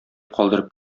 калдырып